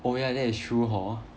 oh ya that is true hor